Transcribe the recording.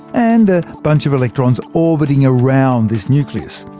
and a bunch of electrons orbiting around this nucleus.